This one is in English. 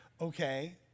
Okay